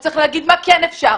הוא צריך להגיד מה כן אפשר.